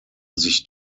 sich